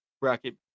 bracket